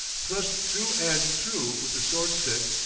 thrust through and through with a sword-stick,